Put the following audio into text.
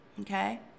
Okay